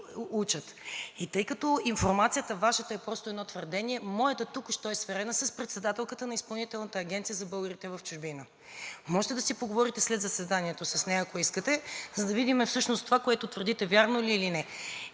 И тъй като Вашата информация е просто едно твърдение, моята току-що е сверена с председателката на Изпълнителната агенция за българите в чужбина. Можете да си поговорите след заседанието с нея, ако искате, за да видим всъщност това, което твърдите, вярно ли е или не.